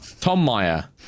Tom-Meyer